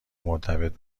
مرتبط